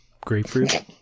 grapefruit